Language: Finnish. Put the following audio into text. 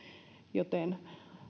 joten